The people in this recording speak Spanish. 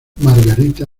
margarita